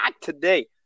today